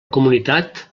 comunitat